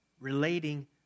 Relating